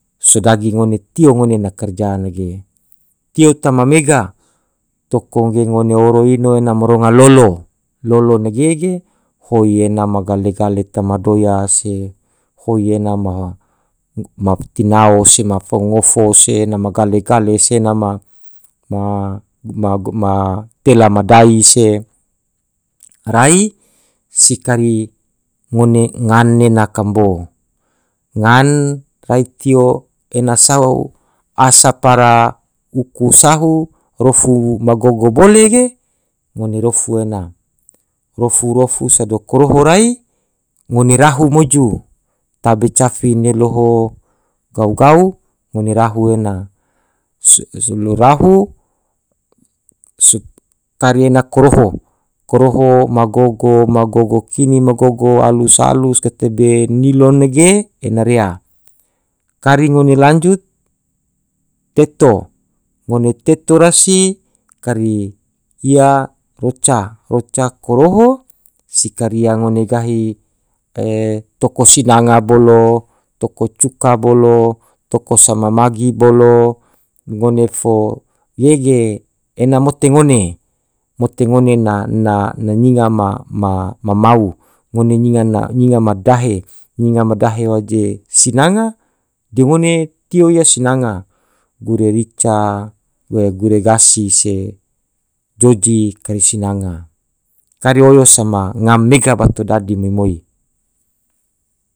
sodagi ngone tio ngone na karja nage tio toma mega toko ge ngone oro ino ena maronga lolo, lolo nage ge hoi ena ma gale gale tama doya se hoi ena ma maftinao se mafongofo se ena ma gale gale se ena ma- tela madai se rai si kari ngone ngan ena kambo ngan rai tio ena sau asapara uku sahu rohu ma gogo bole ge ngone rofu ena rofu rofu sado koroho rai ngone rahu moju tabe cafi ne loho gau gou ngone rahu ena solorahu tari ena koroho koroho ma gogo. magogo kini. magogo alus alus gate be nilon nage ena rea kare ngone lanjut teto ngone teto rasi kari iya roca, roca koroho si kari ia ngone gahi toko sinanga bolo, toko cuka bolo, toko sama magi bolo, ngone fo yege ena mote ngone mote ngone na- na- na nyinga ma- mau. ngone nyinga na nyinga ma dahe nyinga mahade waje sinanga ge ngone tio iya sinanga gure rica. gure gasi se joji kari sinanga kari oyo sama ngam mega bato dadi moi moi